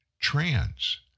trans